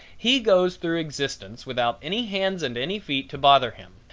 he goes through existence without any hands and any feet to bother him.